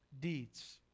deeds